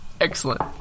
Excellent